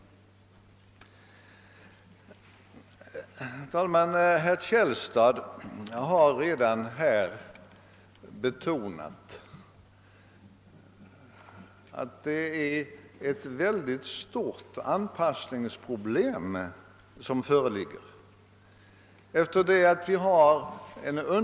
Herr talman! Herr Källstad har betonat att det är ett väldigt anpassningsproblem som föreligger för samhället.